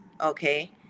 Okay